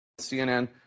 CNN